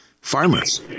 farmers